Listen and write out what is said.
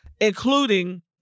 including